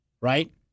right